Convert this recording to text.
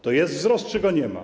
To jest wzrost czy go nie ma?